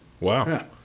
Wow